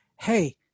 hey